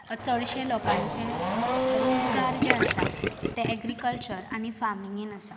चडशें लोकांचे रोजगार जे आसा तें एग्रिकल्चर आनी फार्मिंगेन आसा